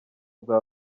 bwa